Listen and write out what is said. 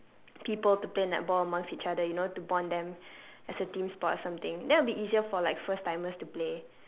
people to play netball amongst each other you know to bond them as a team sport or something then it'll be easier for like first timers to play